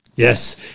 Yes